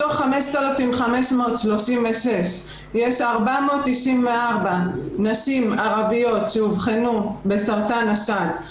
מתוך 5,536 יש 494 נשים ערביות שאובחנו בסרטן השד,